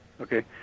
Okay